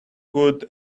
good